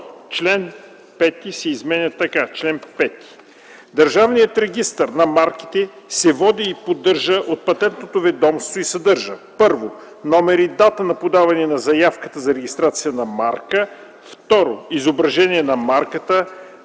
Член 5 се изменя така: